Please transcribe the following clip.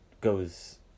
goes